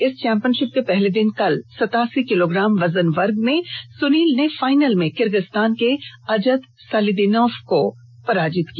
इस चैंपियनशिप के पहले दिन कल सतासी किलोग्राम वजन वर्ग में सुनील ने फाइनल में किर्गिस्तान के अजत सालिदिनोव को पराजित किया